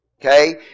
Okay